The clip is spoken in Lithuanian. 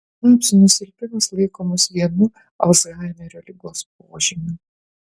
sinapsių nusilpimas laikomas vienu alzhaimerio ligos požymių